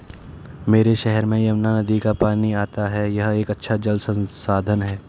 मेरे शहर में यमुना नदी का पानी आता है यह एक अच्छा जल संसाधन है